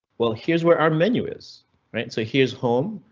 well, here's where our menu is right? so here's home.